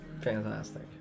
Fantastic